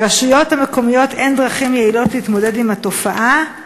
לרשויות המקומיות אין דרכים יעילות להתמודד עם התופעה,